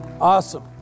Awesome